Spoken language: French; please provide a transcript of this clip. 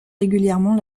régulièrement